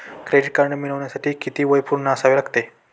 Credit card मिळवण्यासाठी किती वय पूर्ण असावे लागते?